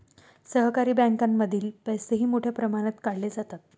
सहकारी बँकांमधील पैसेही मोठ्या प्रमाणात काढले जातात